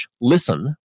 listen